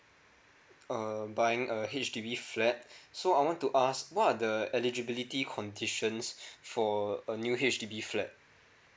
um buying a H_D_B flat so I want to ask what are the eligibility conditions for a a new H_D_B flat